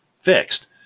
fixed